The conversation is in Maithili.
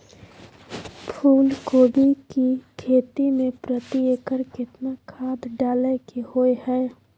फूलकोबी की खेती मे प्रति एकर केतना खाद डालय के होय हय?